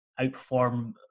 outperform